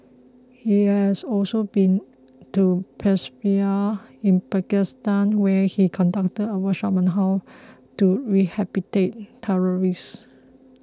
he has also been to Peshawar in Pakistan where he conducted a workshop on how to rehabilitate terrorists